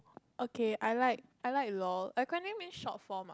okay I like I like lol acronym mean short form ah